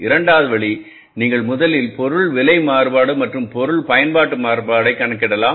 இரண்டாவது வழி நீங்கள் முதலில் பொருள் விலை மாறுபாடு மற்றும் பொருள்பயன்பாட்டு மாறுபாட்டைக் கணக்கிடலாம்